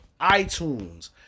iTunes